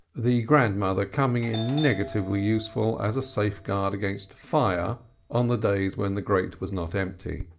the grandmother coming in negatively useful as a safeguard against fire on the days when the grate was not empty.